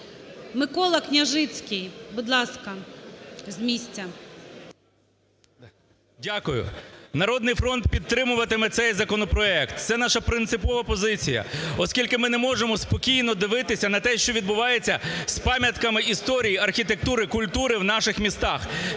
Микола Княжицький, будь ласка, з місця. 11:20:28 КНЯЖИЦЬКИЙ М.Л. Дякую. "Народний фронт" підтримуватиме цей законопроект. Це наша принципова позиція, оскільки ми не можемо спокійно дивитися на те, що відбувається з пам'ятками історії, архітектури, культури в наших містах.